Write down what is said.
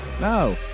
No